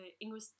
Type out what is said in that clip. English